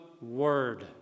word